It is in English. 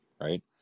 Right